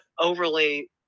overly